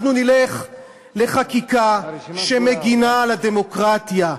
אנחנו נלך לחקיקה שמגינה על הדמוקרטיה,